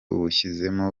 ushyizemo